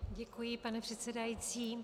Děkuji, pane předsedající.